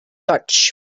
touch